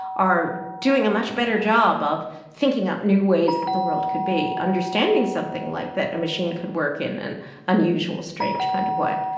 are doing a much better job of thinking up new ways that the world could be, understanding something like that a machine could work in an and unusual, strange kind of way.